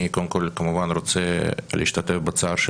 אני קודם כל כמובן רוצה להשתתף בצער של